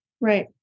Right